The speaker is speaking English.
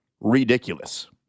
ridiculous